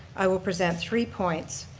i will present three points.